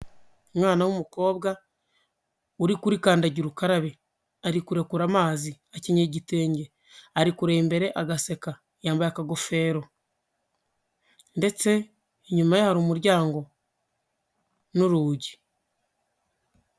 Umwana w'umukobwa, uri kuri kandagira ukarabe, ari kurekura amazi, akenyeye igitenge, ari kureba imbere agaseka, yambaye akagofero ndetse inyuma ye hari umuryango n'urugi.